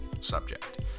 subject